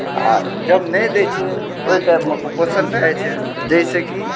आ जब नहि दै छै ओहि परमे कुपोषण भए जाय छै जाहिसे कि